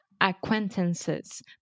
Acquaintances